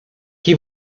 qui